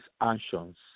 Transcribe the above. actions